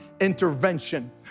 intervention